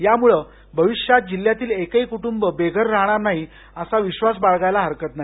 याम्ळं भविष्यात जिल्हयातील एकही कुटुंब बेघर राहणार नाही असा विश्वास बाळगायला हरकत नाही